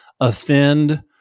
offend